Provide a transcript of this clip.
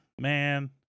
man